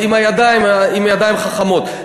הידיים, עם ידיים חכמות.